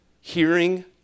hearing